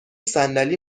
صندلی